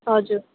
हजुर